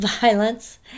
violence